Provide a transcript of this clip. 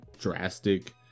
drastic